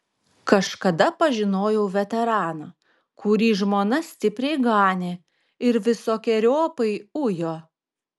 kažkada pažinojau veteraną kurį žmona stipriai ganė ir visokeriopai ujo